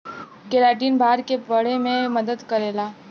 keratin बार के बढ़े में मदद करेला